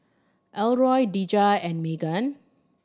Elroy Dejah and Meghan